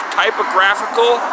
typographical